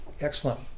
Excellent